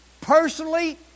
personally